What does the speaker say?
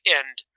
end